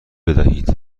بدهید